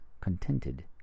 contented